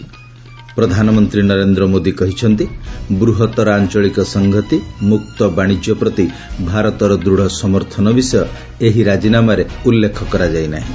ପ୍ରଧାନମନ୍ତ୍ରୀ ନରେନ୍ଦ୍ର ମୋଦି କହିଛନ୍ତି ବୃହତର ଆଞ୍ଚଳିକ ସଂହତି ମୁକ୍ତ ବାଣିଜ୍ୟ ପ୍ରତି ଭାରତର ଦୃଢ଼ ସମର୍ଥନ ବିଷୟ ଏହି ରାଜିନାମାରେ ଉଲ୍ଲେଖ କରାଯାଇ ନାହିଁ